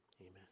Amen